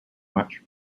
much